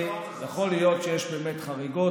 יכול להיות שיש באמת חריגות.